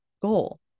goal